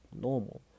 normal